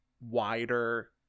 wider